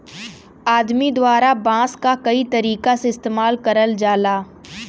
आदमी द्वारा बांस क कई तरीका से इस्तेमाल करल जाला